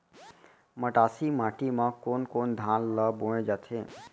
मटासी माटी मा कोन कोन धान ला बोये जाथे?